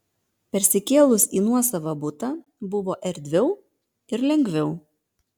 persikėlus į nuosavą butą buvo erdviau ir lengviau